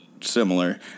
similar